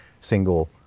single